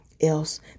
else